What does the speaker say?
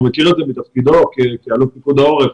הוא מכיר את זה מתפקידו כאלוף פיקוד העורף.